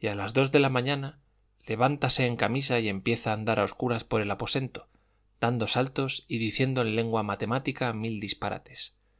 y a las dos de la mañana levántase en camisa y empieza a andar a oscuras por el aposento dando saltos y diciendo en lengua matemática mil disparates